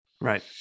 Right